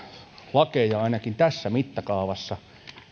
lakeja ainakin tässä mittakaavassa